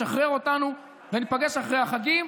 תשחרר אותנו וניפגש אחרי החגים,